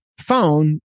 phone